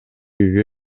үйгө